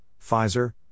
Pfizer